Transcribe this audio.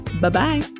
bye-bye